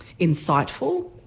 insightful